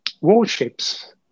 warships